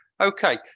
Okay